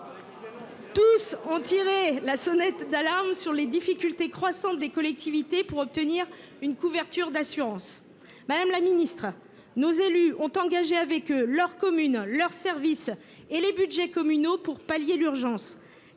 Tous ont tiré la sonnette d’alarme sur les difficultés croissantes que rencontrent les collectivités pour obtenir une couverture d’assurance. Madame la ministre, nos élus ont engagé leurs communes, leurs services et les budgets communaux pour pallier l’urgence.